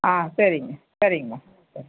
ஆ சரிங்க சரிங்க